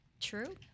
true